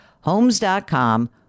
Homes.com